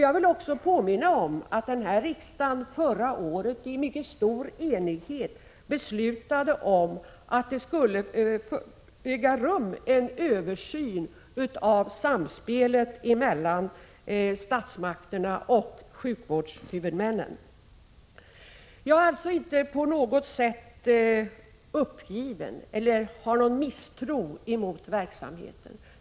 Jag vill också påminna om att denna riksdag förra året i mycket stor enighet beslutade om att det skulle äga rum en översyn av samspelet mellan statsmakterna och sjukvårdshuvudmännen. Jag är alltså inte på något sätt uppgiven eller har någon misstro emot verksamheten.